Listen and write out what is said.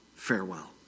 Farewell